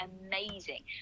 amazing